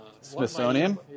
Smithsonian